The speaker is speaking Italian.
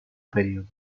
periodo